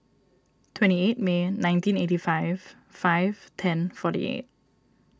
twenty eight May nineteen eighty five five ten forty eight